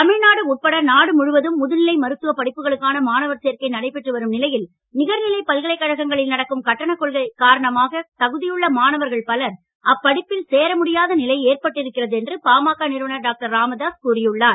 தமிழ்நாடு உட்பட நாடு முழுவதும் முதுநிலை மருத்துவ படிப்புகளுக்கான மாணவர் சேர்க்கை நடைபெற்று வரும் நிலையில் நிகர்நிலை பல்கலைக் கழகங்களில் நடக்கும் கட்டணக் கொள்ளை காரணமாக தகுதியுள்ள மாணவர்கள் பலர் அப்படிப்பில் சேரமுடியாத நிலை ஏற்பட்டிருக்கிறது என்று பாமக நிறுவனர் டாக்டர் ராமதாஸ் கூறியுள்ளார்